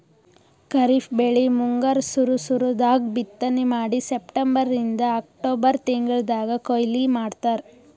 ಖರೀಫ್ ಬೆಳಿ ಮುಂಗಾರ್ ಸುರು ಸುರು ದಾಗ್ ಬಿತ್ತನೆ ಮಾಡಿ ಸೆಪ್ಟೆಂಬರಿಂದ್ ಅಕ್ಟೋಬರ್ ತಿಂಗಳ್ದಾಗ್ ಕೊಯ್ಲಿ ಮಾಡ್ತಾರ್